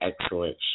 excellent